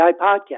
Podcast